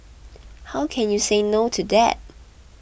how can you say no to that